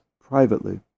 privately